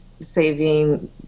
saving